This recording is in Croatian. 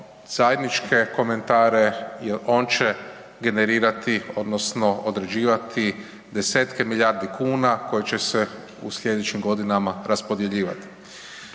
zajedničke komentare jer on će generirati odnosno određivati 10-tke milijardi kuna koje će se u slijedećim godinama raspodjeljivati.